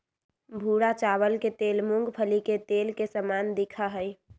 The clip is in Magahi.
भूरा चावल के तेल मूंगफली के तेल के समान दिखा हई